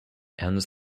and